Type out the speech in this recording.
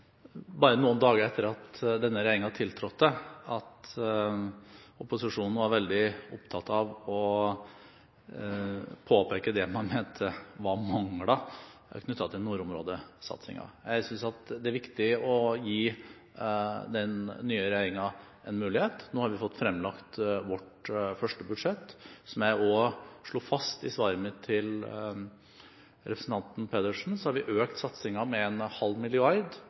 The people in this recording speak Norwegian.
bare noen dager etter at denne regjeringen tiltrådte, at opposisjonen var veldig opptatt av å påpeke det man mente var mangler knyttet til nordområdesatsingen. Jeg synes det er viktig å gi den nye regjeringen en mulighet. Nå har vi fremlagt vårt første budsjett. Som jeg også slo fast i svaret mitt til representanten Pedersen, har vi økt satsingen med en halv milliard